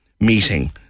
meeting